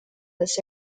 this